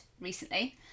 recently